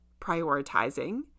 prioritizing